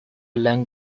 allen